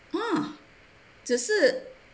ah 只是